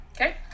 okay